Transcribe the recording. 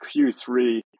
Q3